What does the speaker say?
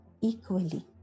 equally